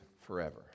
forever